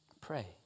Pray